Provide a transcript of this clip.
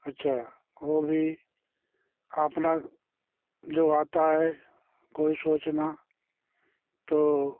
अच्छा वो भी अपना जो आता है कोई सोचता तो